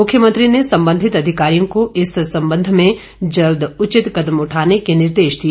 मुख्यमंत्री ने संबंधित अधिकारियों को इस संबंध में जल्द उचित कदम उठाने के निर्देश दिए